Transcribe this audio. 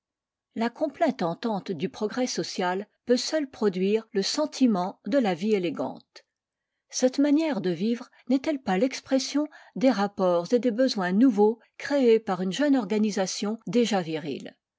la complète entente du progrès social peut seule produire le sentiment de la vie élégante cette manière de vivre n'est-elle pas l'expression des rapports et des besoins nouveaux créés par une jeune organisation déjà virile